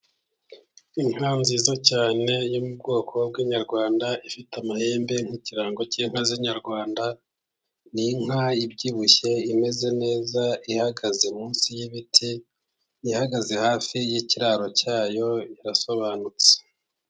Inka nziza cyane yo mu bwoko bw'inyarwanda, ifite amahembe nk'ikirango cy'inka z'inyarwanda, n'inka ibyibushye imeze neza ihagaze munsi y'ibiti, ihagaze hafi y'ikiraro cyayo irasobanutse.